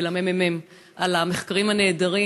ולממ"מ על המחקרים הנהדרים.